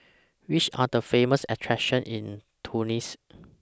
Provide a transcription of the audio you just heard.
Which Are The Famous attractions in Tunis